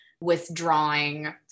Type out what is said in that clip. withdrawing